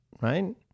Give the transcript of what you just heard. Right